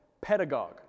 Pedagogue